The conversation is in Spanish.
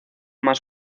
más